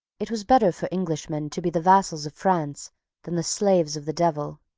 it was better for englishmen to be the vassals of france than the slaves of the devil.